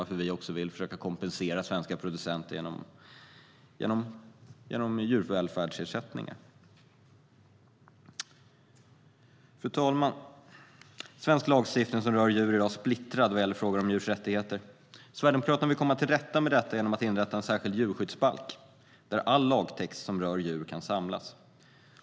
Därför vill vi försöka kompensera svenska producenter genom djurvälfärdsersättningar. Fru talman! Svensk lagstiftning som rör djur är i dag splittrad vad gäller frågor om djurs rättigheter. Sverigedemokraterna vill komma till rätta med detta genom att inrätta en särskild djurskyddsbalk där all lagtext som rör djur kan samlas.